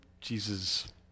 Jesus